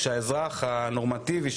האזרח הנורמטיבי,